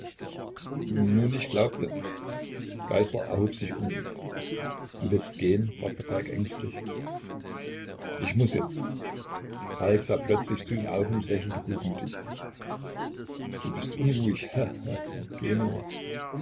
nun ich glaubte geißler erhob sich unruhig du willst gehen fragte falk ängstlich ich muß jetzt falk sah plötzlich zu ihm auf und lächelte gutmütig du bist unruhig